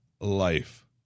life